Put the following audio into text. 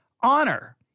Honor